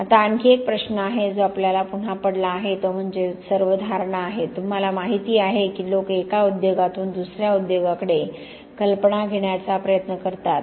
आता आणखी एक प्रश्न आहे जो आपल्याला पुन्हा पडला आहे तो म्हणजे सर्व धारणा आहे तुम्हाला माहिती आहे की लोक एका उद्योगातून दुसऱ्या उद्योगाकडे कल्पना घेण्याचा प्रयत्न करतात